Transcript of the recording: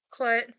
Clut